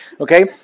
okay